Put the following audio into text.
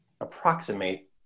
approximate